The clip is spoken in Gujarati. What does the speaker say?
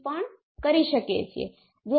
જો z12 z21 તો સ્પષ્ટપણે g12 એ g21 હશે